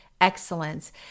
excellence